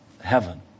Heaven